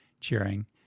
cheering